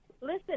Listen